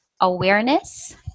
awareness